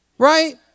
Right